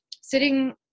sitting